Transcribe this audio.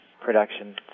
production